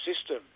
system